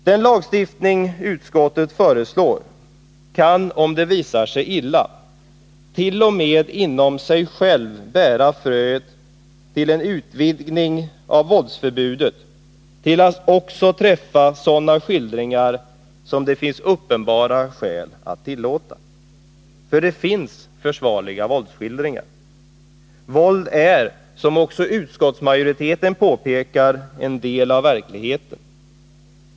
Den lagstiftning utskottet föreslår kan, om det vill sig illa, t.o.m. inom sig själv bära fröet till en utvidgning av våldsförbudet till att också träffa sådana skildringar som det finns uppenbara skäl att tillåta. För det finns försvarliga våldsskildringar. Våld är, som också utskottsmajoriteten påpekar, en del av verkligheten.